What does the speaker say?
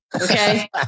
Okay